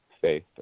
faith